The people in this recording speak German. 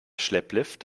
schlepplift